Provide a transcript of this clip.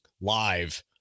live